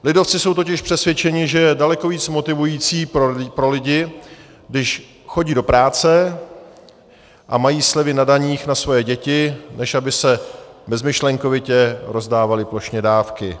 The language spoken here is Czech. Lidovci jsou totiž přesvědčeni, že je daleko víc motivující pro lidi, když chodí do práce a mají slevy na daních na svoje děti, než aby se bezmyšlenkovitě rozdávaly plošně dávky.